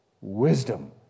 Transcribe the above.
Wisdom